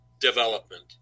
development